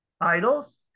idols